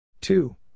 two